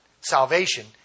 salvation